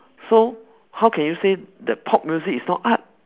so how can you say that pop music is not art